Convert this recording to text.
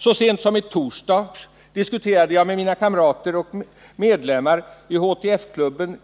Så sent som i torsdags diskuterade jag med mina kamrater och medlemmar i HTF-klubben